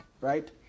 right